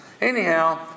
Anyhow